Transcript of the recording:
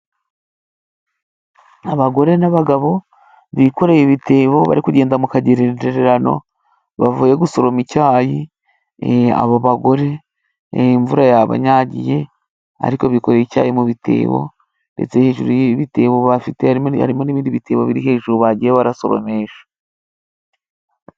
Abagore n'abagabo bikoreye ibitebo bari kugenda mu kagendererano bavuye gusoroma icyayi .Abo bagore imvura yabanyagiye ariko bikoreye icyayi mu bitebo ndetse hejuru y'ibi bitebo bafite, harimo n'ibindi bitebo bagiye barasoromesha.